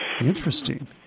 interesting